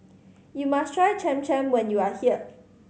you must try Cham Cham when you are here